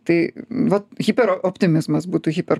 tai va hiperoptimizmas būtų hiper